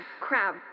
Crab